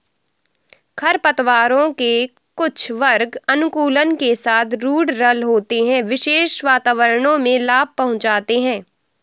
खरपतवारों के कुछ वर्ग अनुकूलन के साथ रूडरल होते है, विशेष वातावरणों में लाभ पहुंचाते हैं